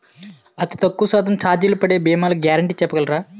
అతి తక్కువ శాతం ఛార్జీలు పడే భీమాలు గ్యారంటీ చెప్పగలరా?